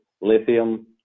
lithium